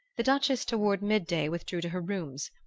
the duchess toward midday withdrew to her rooms,